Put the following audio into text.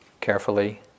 carefully